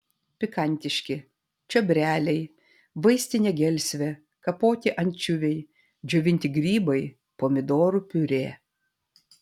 pikantiški čiobreliai vaistinė gelsvė kapoti ančiuviai džiovinti grybai pomidorų piurė